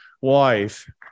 wife